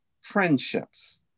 friendships